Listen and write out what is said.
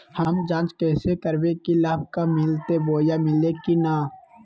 हम जांच कैसे करबे की लाभ कब मिलते बोया मिल्ले की न?